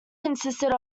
consisted